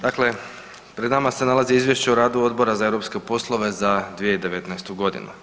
Dakle, pred nama se nalazi Izvješće o radu Odbora za europske poslove za 2019. godinu.